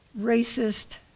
racist